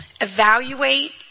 evaluate